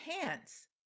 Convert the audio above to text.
hands